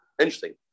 Interesting